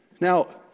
Now